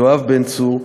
יואב בן צור,